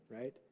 right